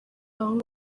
abahungu